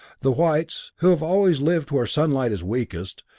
the whites, who have always lived where sunlight is weakest,